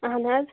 اہن حظ